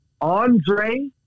Andre